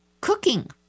cooking